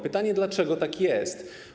Pytanie, dlaczego tak jest.